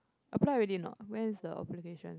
apply already or not when is the application